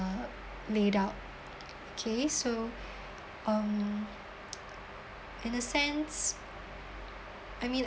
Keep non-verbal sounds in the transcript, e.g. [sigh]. laid out okay so um [noise] in a sense I mean